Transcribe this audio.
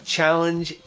Challenge